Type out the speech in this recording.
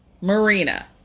Marina